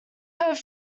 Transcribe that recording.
curve